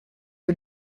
que